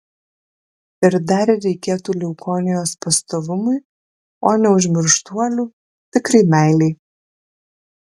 ir dar reikėtų leukonijos pastovumui o neužmirštuolių tikrai meilei